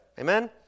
Amen